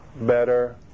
better